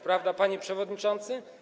Prawda, panie przewodniczący?